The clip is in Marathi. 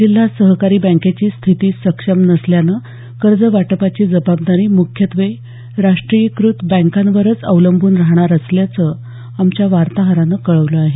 जिल्हा सहकारी बँकेची स्थिती सक्षम नसल्यानं कर्ज वाटपाची जबाबदारी मुख्यत्वे राष्ट्रीयीकृत बँकांवरच अवलंबून राहणार असल्याचं आमच्या वार्ताहरानं कळवलं आहे